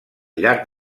llarg